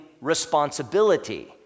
responsibility